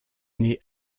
née